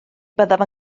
byddaf